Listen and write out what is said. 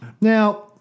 Now